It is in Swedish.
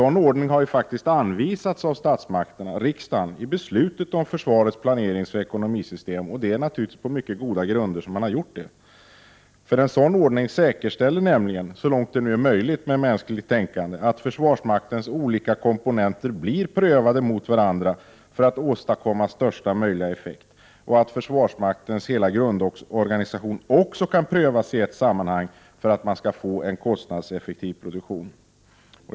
Den ordningen har faktiskt anvisats av statsmakterna, riksdagen, i beslutet om försvarets planeringsoch ekonomisystem — naturligtvis på mycket goda grunder. En sådan ordning säkerställer nämligen, så långt det är möjligt när det gäller mänskligt tänkande, att försvarsmaktens olika komponenter blir prövade, ställs mot varandra, för att största möjliga effekt skall kunna åstadkommas och att försvarsmaktens hela grundorganisation också kan prövas i ett sammanhang för att få en kostnadseffektiv produktion.